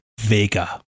Vega